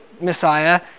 Messiah